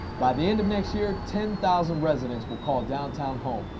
by the end of next year, ten thousand residents will call downtown home,